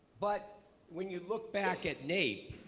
but when you look back at naep,